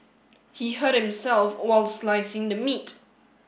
he hurt himself while slicing the meat